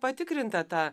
patikrinta ta